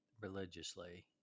religiously